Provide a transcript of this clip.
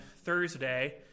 Thursday